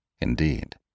Indeed